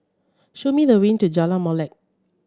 show me the way to Jalan Molek